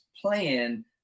plan